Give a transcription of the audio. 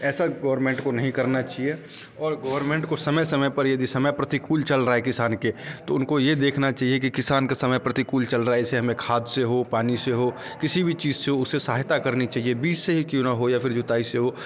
ऐसा गवरमेंट को नहीं करना चहिए और गवरमेंट को समय समय पर यदि समय प्रतिकूल चल रहा है किसान के तो उनको यह देखना चाहिए कि किसान का समय प्रतिकूल चल रहा है इसे हमें खाद से हो पानी से हो किसी भी चीज़ से हो उसे सहायता करनी चाहिए बीज से क्यों न हो या फिर जुताई से हो